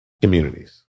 communities